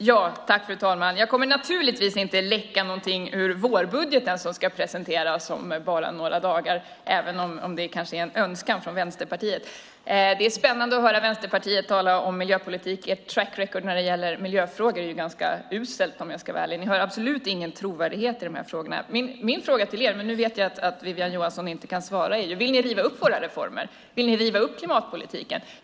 Fru talman! Jag kommer naturligtvis inte att läcka något ur vårbudgeten som ska presenteras om bara några dagar, även om det är en önskan från Vänsterpartiet. Det är spännande att höra Vänsterpartiet tala om miljöpolitik. Ert track record när det gäller miljöfrågor är ganska uselt. Ni har absolut ingen trovärdighet i de här frågorna. Jag vet att Wiwi-Anne Johansson inte har möjlighet att svara, men vill ni riva upp våra reformer? Vill ni riva upp klimatpolitiken?